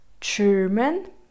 German